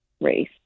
race